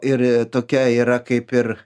ir tokia yra kaip ir